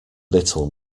little